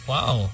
Wow